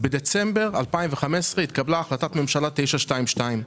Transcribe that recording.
בדצמבר 2015 התקבלה החלטת ממשלה מספר 922,